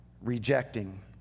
rejecting